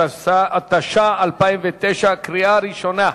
התש"ע 2009, קריאה ראשונה.